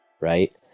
right